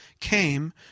came